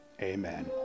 Amen